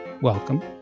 welcome